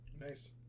nice